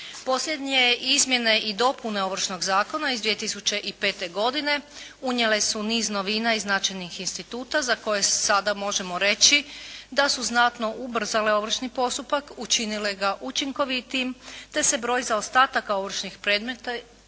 Posljednje izmjene i dopune Ovršnog zakona iz 2005. godine unijele su niz novina i značajnih instituta za koje sada možemo reći da su znatno ubrzale ovršni postupak, učinile ga učinkovitijim te se broj zaostataka ovršnih predmeta